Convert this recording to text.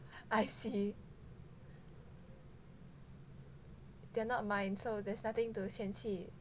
I see they're not mine so there's nothing to 嫌弃